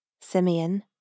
Simeon